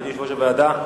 אדוני יושב-ראש הוועדה,